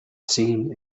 seen